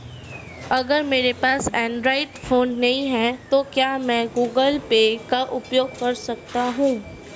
अगर मेरे पास एंड्रॉइड फोन नहीं है तो क्या मैं गूगल पे का उपयोग कर सकता हूं?